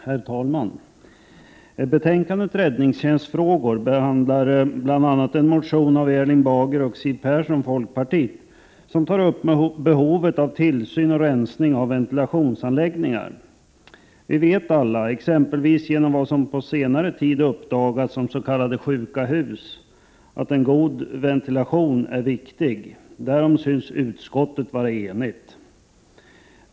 Herr talman! Försvarsutskottets betänkande om räddningstjänstfrågor behandlar bl.a. en motion av Erling Bager och Siw Persson, folkpartiet, som tar upp behovet av tillsyn och rensning av ventilationsanläggningar. Vi vet alla exempelvis genom vad som på senare tid uppdagats om s.k. sjuka hus att en god ventilation är viktig. Därom synes utskottet vara enigt.